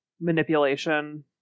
manipulation